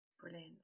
brilliant